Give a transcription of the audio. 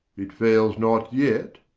it fayles not yet,